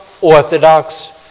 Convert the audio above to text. Orthodox